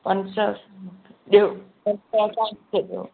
पंज सत मूंखे ॾियो मूंखे ॾियो